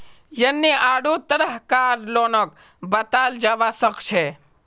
यन्ने आढ़ो तरह कार लोनक बताल जाबा सखछे